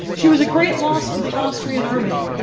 she was a great loss to the austrian army.